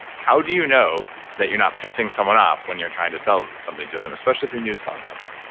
how do you know that you're not pissing someone off when you're trying to sell something to them? especially if you're new to selling something.